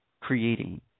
creating